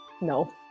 No